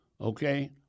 Okay